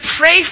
pray